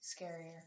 Scarier